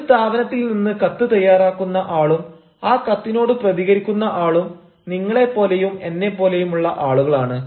ഒരു സ്ഥാപനത്തിൽ നിന്ന് കത്ത് തയ്യാറാക്കുന്ന ആളും ആ കത്തിനോട് പ്രതികരിക്കുന്ന ആളും നിങ്ങളെ പോലെയും എന്നെ പോലെയും ഉള്ള ആളുകളാണ്